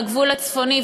על הגבול הצפוני,